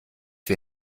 wir